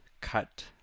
cut